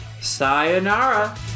Sayonara